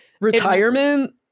retirement